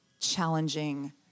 challenging